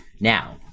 Now